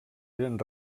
eren